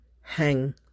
hang